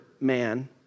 man